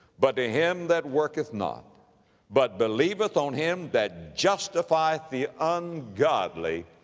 but to him that worketh not but believeth on him that justifieth the ungodly,